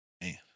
man